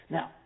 Now